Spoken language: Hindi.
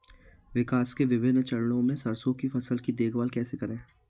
विकास के विभिन्न चरणों में सरसों की फसल की देखभाल कैसे करें?